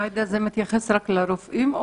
זה מתייחס רק לרופאים?